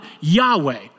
Yahweh